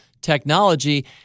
technology—